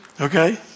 okay